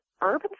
urban